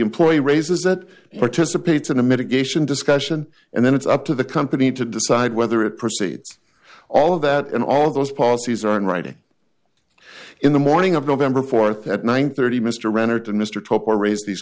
employee raises that participates in a mitigation discussion and then it's up to the company to decide whether it proceeds all of that and all those policies are in writing in the morning of november fourth at nine thirty mr renner to mr t